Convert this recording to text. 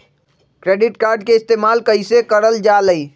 Credit card के इस्तेमाल कईसे करल जा लई?